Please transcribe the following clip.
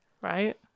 right